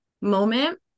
moment